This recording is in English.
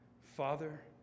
Father